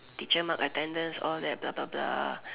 teacher mark attendance all that blah blah